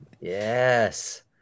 Yes